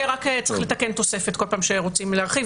שרק צריך לתקן תוספת כל פעם שרוצים להרחיב,